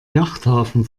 yachthafen